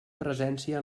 presència